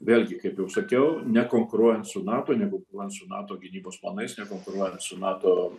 vėlgi kaip jau sakiau nekonkuruojant su nato nekonkuruojant su nato gynybos planais nekonkuruojant su nato